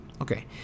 Okay